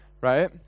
right